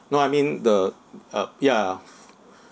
no I mean the uh p~ ya